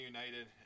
United